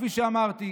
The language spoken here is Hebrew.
כפי שאמרתי.